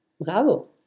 Bravo